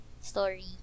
story